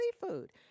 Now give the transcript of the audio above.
seafood